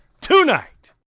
tonight